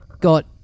got